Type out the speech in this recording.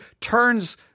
turns